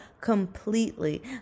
completely